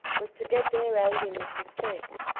was to get their aid in this respect.